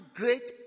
great